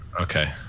okay